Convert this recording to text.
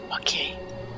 Okay